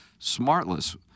Smartless